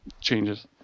changes